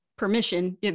permission